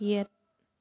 ꯌꯦꯠ